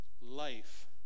life